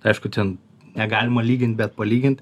aišku ten negalima lygint bet palygint